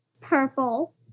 Purple